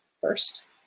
first